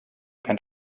and